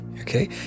okay